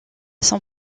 son